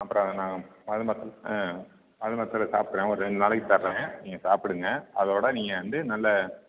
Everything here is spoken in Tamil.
அப்புறம் நான் மருந்தை அது மாத்தரை சாப்பிடுங்க ஒரு ரெண்டு நாளைக்கு தரேன் நீங்கள் சாப்பிடுங்க அதோட நீங்கள் வந்து நல்ல